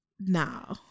no